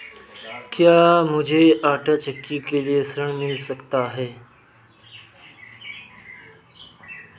क्या मूझे आंटा चक्की के लिए ऋण मिल सकता है?